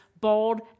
bold